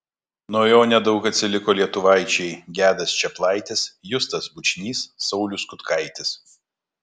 nuo jo nedaug atsiliko lietuvaičiai gedas čeplaitis justas bučnys saulius kutkaitis